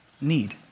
need